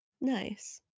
Nice